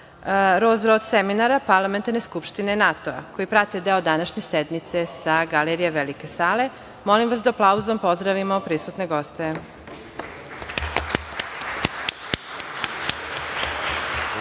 ROZ-ROT seminara parlamentarne skupštine NATO-a, koji prate deo današnje sednice sa galerije Velike sale. Molim vas da aplauzom pozdravimo prisutne